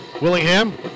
Willingham